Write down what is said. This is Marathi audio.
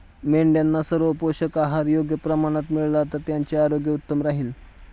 मेंढ्यांना सर्व पोषक आहार योग्य प्रमाणात मिळाला तर त्यांचे आरोग्य उत्तम राहील